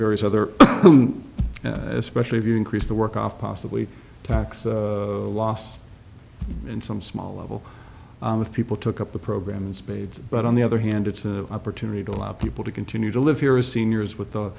various other especially if you increase the work off possibly tax loss in some small level of people took up the program spades but on the other hand it's an opportunity to allow people to continue to live here is seniors with the